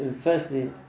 firstly